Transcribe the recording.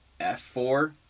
f4